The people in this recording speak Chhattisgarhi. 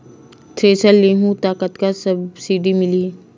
थ्रेसर लेहूं त कतका सब्सिडी मिलही?